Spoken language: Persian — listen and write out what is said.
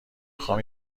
خوام